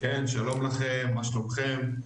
שלום לכם, מה שלומכם?